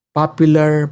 popular